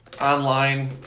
online